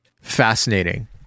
Fascinating